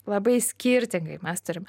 labai skirtingai mes turim